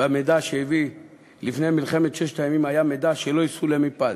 והמידע שהוא הביא לפני מלחמת ששת הימים היה מידע שלא יסולא בפז,